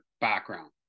background